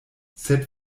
sed